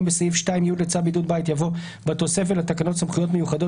"בסעיף 2(י) לצו בידוד בית" יבוא "בתוספת לתקנות סמכויות מיוחדות